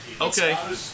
Okay